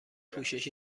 پوشش